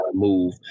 move